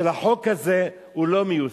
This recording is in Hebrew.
של החוק הזה, הוא לא מיושם.